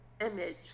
image